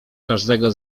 każdego